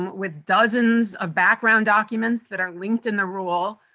with dozens of background documents that are linked in the rule,